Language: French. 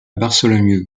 bartholomew